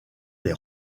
des